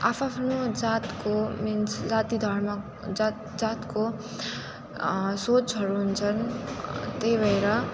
आ आफ्नो जातको मिन्स जाति धर्म जात जातको सोचहरू हुन्छन् त्यही भएर